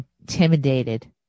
intimidated